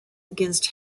against